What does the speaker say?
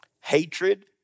hatred